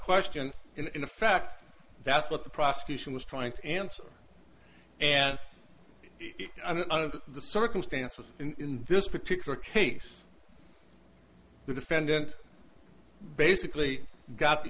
question in effect that's what the prosecution was trying to answer and under the circumstances in this particular case the defendant basically got the